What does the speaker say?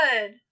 good